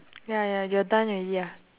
ya ya you're done already ah